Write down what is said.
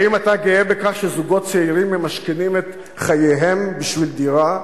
האם אתה גאה בכך שזוגות צעירים ממשכנים את חייהם בשביל דירה?